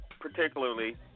particularly –